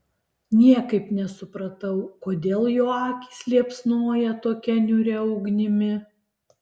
niekaip nesupratau kodėl jo akys liepsnoja tokia niūria ugnimi